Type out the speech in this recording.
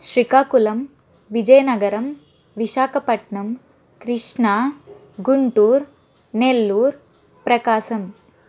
Srikakulam Vizianagaram Visakhapatnam Krishna Guntur Nellore Prakasam